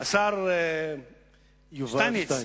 השר יובל שטייניץ,